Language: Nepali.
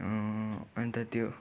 अन्त त्यो